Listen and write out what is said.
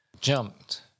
jumped